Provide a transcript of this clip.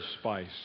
spice